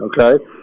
Okay